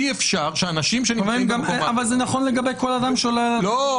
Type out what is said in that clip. אי אפשר שאנשים --- אבל זה נכון לגבי כל אדם שעולה לאוטובוס.